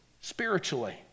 spiritually